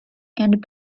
and